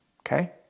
okay